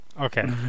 Okay